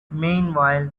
meanwhile